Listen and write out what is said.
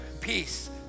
peace